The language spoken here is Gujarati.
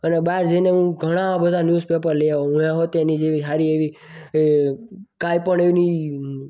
અને બહાર જઈને હું ઘણા બધા ન્યુઝપેપર લઈ આવ્યો એની સારી એવી કાપડની